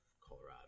Colorado